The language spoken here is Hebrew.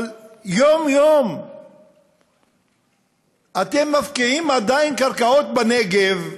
יום-יום אתם מפקיעים עדיין קרקעות בנגב.